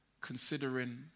considering